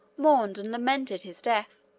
mourned and lamented his death.